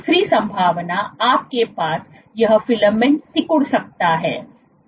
दूसरी संभावना आपके पास यह फिलामेंट सिकुड़ सकता है